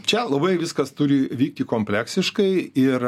čia labai viskas turi vykti kompleksiškai ir